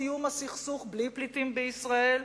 סיום הסכסוך בלי פליטים בישראל,